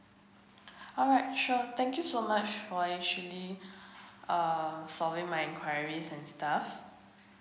alright sure thank you so much for actually uh solving my enquiries and stuff